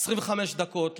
25 דקות.